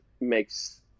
makes